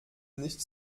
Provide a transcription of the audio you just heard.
nicht